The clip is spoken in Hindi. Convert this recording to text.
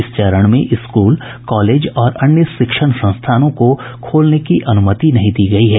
इस चरण में स्कूल कॉलेज और अन्य शिक्षण संस्थानों को खोलने की अनुमति नहीं दी गयी है